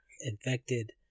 infected